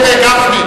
חבר הכנסת גפני.